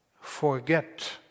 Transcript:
Forget